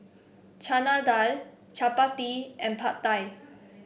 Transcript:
Chana Dal Chapati and Pad Thai